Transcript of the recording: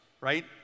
right